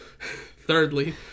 Thirdly